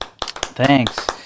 thanks